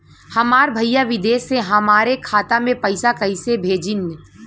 हमार भईया विदेश से हमारे खाता में पैसा कैसे भेजिह्न्न?